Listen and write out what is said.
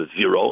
zero